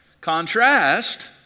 contrast